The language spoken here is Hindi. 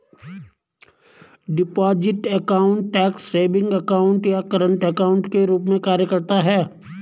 deposit account tax savings account या करंट अकाउंट के रूप में कार्य करता है